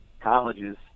colleges